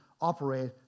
operate